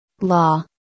Law